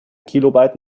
kilobyte